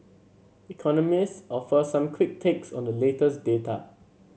economists offer some quick takes on the latest data